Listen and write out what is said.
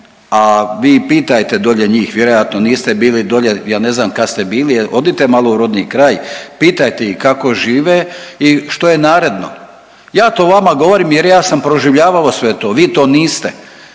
a vi pitajte dolje njih, vjerojatno niste bili dolje, ja ne znam kad ste bili, odite malo u rodni kraj, pitate ih kako žive i što je naredno. Ja to vama govorim jer ja sam proživljavao sve to, vi to niste.